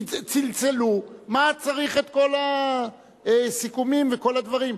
צלצלו, מה צריך את כל הסיכומים וכל הדברים?